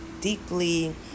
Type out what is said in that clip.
deeply